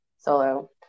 Solo